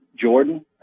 Jordan